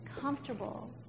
comfortable